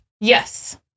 Yes